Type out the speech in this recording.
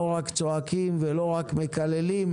לא רק צועקים ולא רק מקללים,